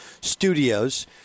studios